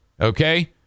Okay